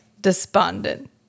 despondent